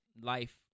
life